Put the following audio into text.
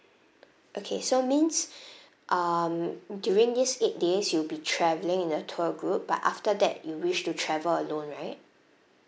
okay so means um during these eight days you'll be travelling in a tour group but after that you wish to travel alone right